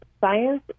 science